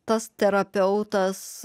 tas terapeutas